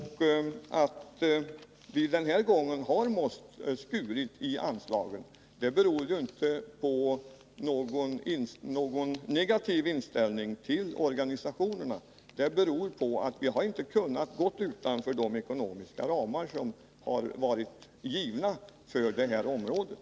Att vi den här gången har måst skära ned anslagen beror ju inte på någon negativ inställning till organisationerna utan på att vi inte har kunnat gå utanför de ekonomiska ramar som varit givna för det här området.